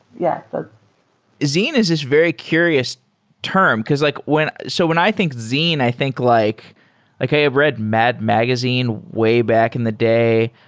yeah but zine is this very curious term. like when so when i think zine, i think like like i have read mad magazine way back in the day.